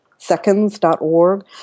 seconds.org